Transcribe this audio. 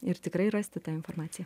ir tikrai rasti tą informaciją